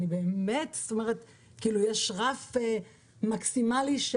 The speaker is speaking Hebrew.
יש רף מקסימלי.